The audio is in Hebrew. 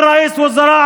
הדיון נסב על